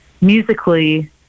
musically